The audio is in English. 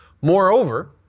Moreover